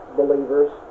believers